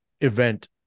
event